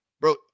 bro